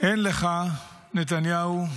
אין לך, נתניהו,